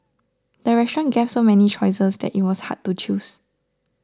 the restaurant gave so many choices that it was hard to choose